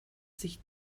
sich